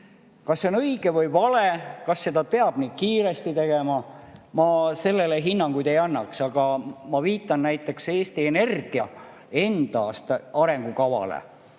Kas see on õige või vale? Kas seda peab nii kiiresti tegema? Sellele ma hinnanguid ei annaks. Aga ma viitan näiteks Eesti Energia enda aasta arengukavale,